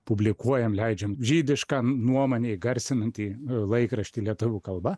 publikuojam leidžiam žydišką nuomonę įgarsinantį laikraštį lietuvių kalba